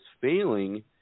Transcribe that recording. failing –